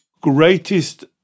greatest